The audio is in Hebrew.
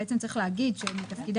קודם כול, באמת תודה.